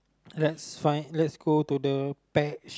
let's find let's go to the pet shop